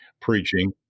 preaching